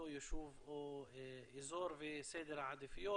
יישוב או אזור וסדר העדיפויות.